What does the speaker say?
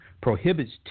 prohibits